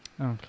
Okay